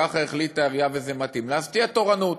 כך החליטה העירייה, וזה מתאים, אז תהיה תורנות.